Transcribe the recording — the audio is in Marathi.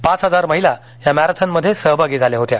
पाच हजार महिला या मॅराथनमध्ये सहभागी झाल्या होत्या